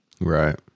Right